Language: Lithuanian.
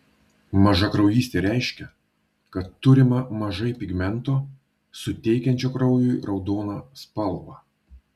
mažakraujystė reiškia kad turima mažai pigmento suteikiančio kraujui raudoną spalvą